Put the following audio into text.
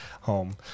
home